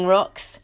Rocks